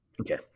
Okay